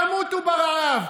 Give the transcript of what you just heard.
תמותו ברעב.